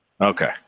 Okay